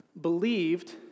believed